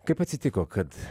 kaip atsitiko kad